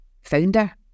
founder